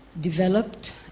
developed